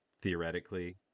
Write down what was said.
theoretically